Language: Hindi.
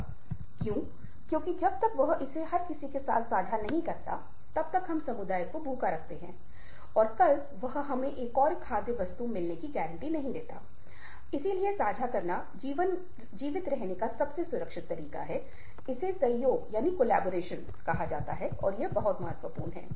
और यह एचबीआर में क्लासिक लेखों में से एक है जहां गोलेमैन ने भावनात्मक बुद्धिमत्ता के इन गुणों के बारे में उल्लेख किया है